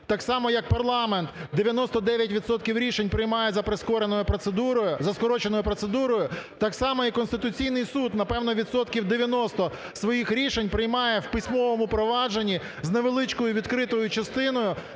за прискореною процедурою, за скороченою процедурою, так само і Конституційний Суд, напевно, відсотків 90 своїх рішень приймає в письмовому провадженні з невеличкою відкритою частиною,